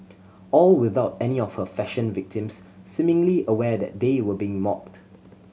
all without any of her fashion victims seemingly aware that they were being mocked